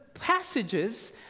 passages